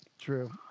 True